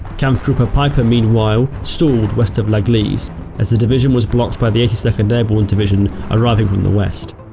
kampfgruppe peiper meanwhile stalled west of la gleize as the division was blocked by the eighty second airborne division arriving from the west.